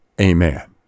Amen